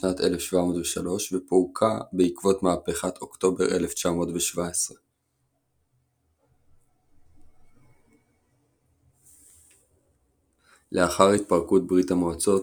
משנת 1703 ופורקה בעקבות מהפכת אוקטובר 1917. לאחר התפרקות ברית המועצות